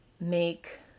make